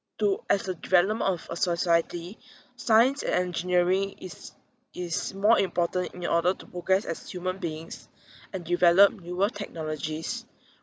to as the development of a society science and engineering is is more important in order to progress as human beings and develop newer technologies